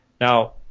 Now